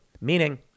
meaning